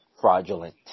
fraudulent